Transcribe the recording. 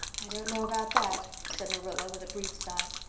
i don't know about that, said marilla, with a brief sigh.